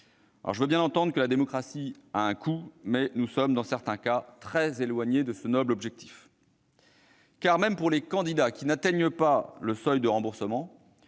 Je veux bien entendre que la démocratie a un coût, mais nous sommes, dans certains cas, très éloignés de ce noble objectif. Même pour les candidats qui n'atteignent pas le seuil de remboursement,